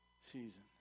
season